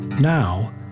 Now